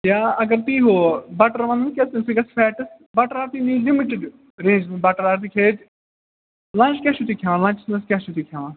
یا اگر تُہۍ ہُہ بَٹَر وَنو نہٕ کیٛازِ تَمہِ سۭتۍ گژھہِ فیٹٕس بَٹَر اگر تُہۍ نِیُو لِمِٹِڈ رینجَس منٛز بَٹَر اگر تُہۍ کھیٚیُو تہِ لَنٛچ کیٛاہ چھُو تُہۍ کھیٚوان لَنچَس منٛز کیٛاہ چھُو تُہۍ کھیٚوان